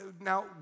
now